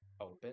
open